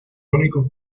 únicos